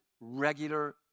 regular